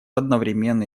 одновременно